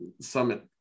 summit